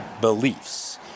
beliefs